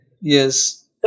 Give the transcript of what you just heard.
Yes